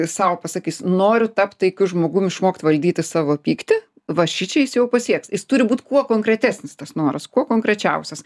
sau pasakys noriu tapt taikiu žmogum išmokt valdyti savo pyktį va šičia jis jau pasieks jis turi būt kuo konkretesnis tas noras kuo konkrečiausias